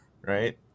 right